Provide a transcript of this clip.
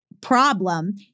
problem